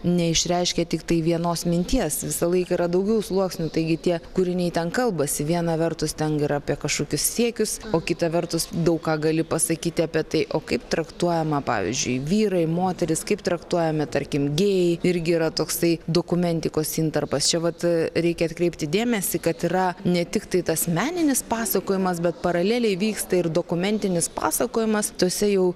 neišreiškia tiktai vienos minties visąlaik yra daugiau sluoksnių taigi tie kūriniai ten kalbasi viena vertus teng yra apie kažkokius siekius o kita vertus daug ką gali pasakyti apie tai o kaip traktuojama pavyzdžiui vyrai moterys kaip traktuojami tarkim gėjai irgi yra toksai dokumentikos intarpas čia vat reikia atkreipti dėmesį kad yra ne tiktai tas meninis pasakojimas bet paraleliai vyksta ir dokumentinis pasakojimas tuose jau